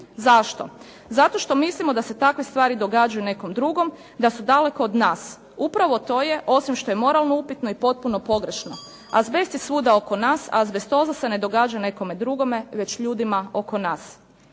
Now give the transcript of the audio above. Zašto? Zato što mislimo da se takve stvari događaju nekom drugom, da su daleko od nas. Upravo to je, osim što je moralno upitno, i potpuno pogrešno. Azbest je svuda oko nas, a azbestoza se ne događa nekome drugome, već ljudima oko nas.